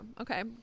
Okay